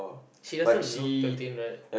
she doesn't look thirteen right